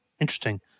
Interesting